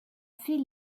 fait